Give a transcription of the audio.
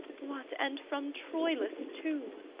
what, and from troilus too?